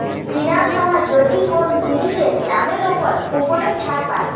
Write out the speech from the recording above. কিনার সময় যদি কোন জিনিসের দামের উপর কুপনের ছাড় পায়